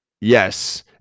Yes